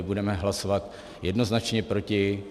Budeme hlasovat jednoznačně proti.